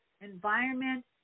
environment